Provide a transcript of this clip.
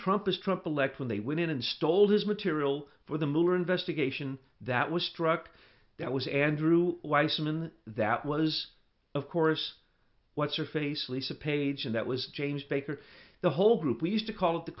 trump as trump elect when they went in and stole his material for the miller investigation that was struck that was andrew weissman that was of course what's her face lisa page and that was change baker the whole group we used to call it the